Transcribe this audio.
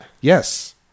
yes